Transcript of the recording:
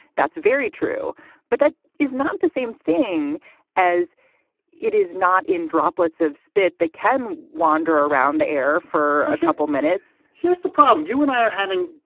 that's very true but that is not the same thing as it is not in droplets of spit they can wander around the air for a couple minutes here's the problem. you and i are having,